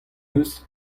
eus